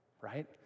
right